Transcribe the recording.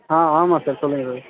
ஆ ஆமாம் சார் சொல்லுங்கள் சார்